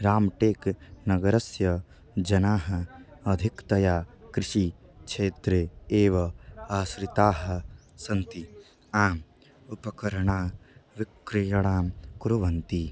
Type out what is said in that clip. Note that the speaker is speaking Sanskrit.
राम्टेक् नगरस्य जनाः अधिकतया कृषिक्षेत्रे एव आश्रिताः सन्ति आम् उपकरणविक्रयणं कुर्वन्ति